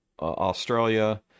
Australia